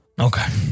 Okay